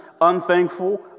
unthankful